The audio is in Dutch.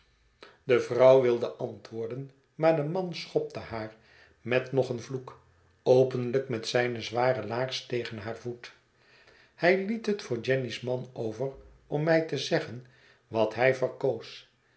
de vrouw wilde antwoorden maar de man schopte haar met nog een vloek openlijk met zijne zware laars tegen haar voet hij liet het voor jenny's man over om mij te zeggen wat hij verkoos